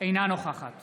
אינה נוכחת